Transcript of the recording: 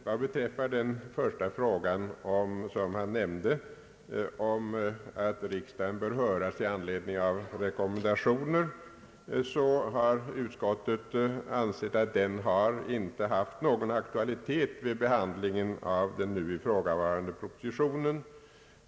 Vad beträffar den första fråga som herr Hernelius tog upp, att riksdagen bör höras före beslut om tillämpning av FN:s rekommendationer, har utskottet ansett att den inte har haft någon aktualitet vid behandlingen av den nu föreliggande propositionen.